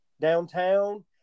downtown